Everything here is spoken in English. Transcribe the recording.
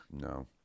no